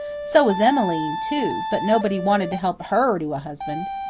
so was emmeline, too but nobody wanted to help her to a husband.